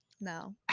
No